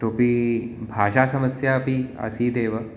इतोपि भाषा समस्यापि आसीदेव